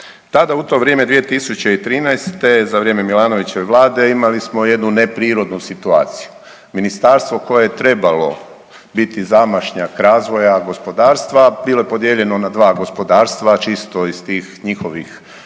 Tada, u to vrijeme, 2013. za vrijeme Milanovićeve Vlade imali smo jednu neprirodnu situaciju, ministarstvo koje je trebalo biti zamašnjak razvoja, gospodarstva, bilo je podijeljeno na 2 gospodarstva, čisto iz tih njihovih